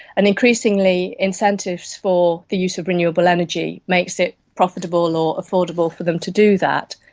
and increasingly incentives for the use of renewable energy makes it profitable or affordable for them to do that.